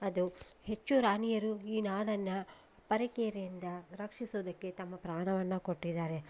ಅದು ಹೆಚ್ಚು ರಾಣಿಯರು ಈ ನಾಡನ್ನು ಪರಕೀಯರಿಂದ ರಕ್ಷಿಸೋದಕ್ಕೆ ತಮ್ಮ ಪ್ರಾಣವನ್ನು ಕೊಟ್ಟಿದ್ದಾರೆ